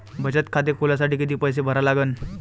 बचत खाते खोलासाठी किती पैसे भरा लागन?